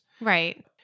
right